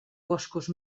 boscos